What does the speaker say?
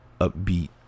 upbeat